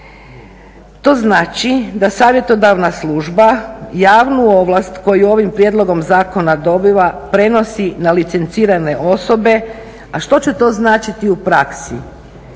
To znači da savjetodavna služba javnu ovlast koju ovim prijedlogom zakona dobiva prenosi na licencirane osobe, a što će to značiti u praksi?